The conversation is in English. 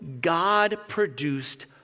God-produced